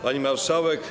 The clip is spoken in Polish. Pani Marszałek!